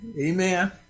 Amen